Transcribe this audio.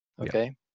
Okay